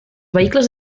vehicles